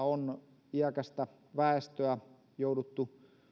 on iäkästä väestöä jouduttu